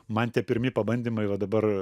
man tie pirmi pabandymai va dabar